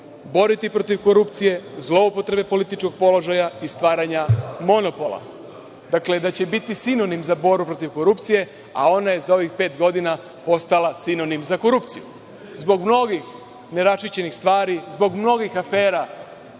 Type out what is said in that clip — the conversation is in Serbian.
boriti protiv korupcije, zloupotrebe političkog položaja i stvaranja monopola, dakle, da će biti sinonim za borbu protiv korupcije. Ona je za ovih pet godina postala sinonim za korupciju zbog mnogih neraščišćenih stvari, zbog mnogih afera